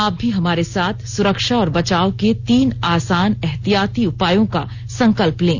आप भी हमारे साथ सुरक्षा और बचाव के तीन आसान एहतियाती उपायों का संकल्प लें